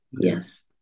Yes